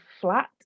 flat